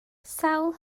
sawl